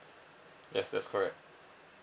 yes that's correct